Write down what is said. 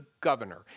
governor